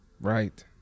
Right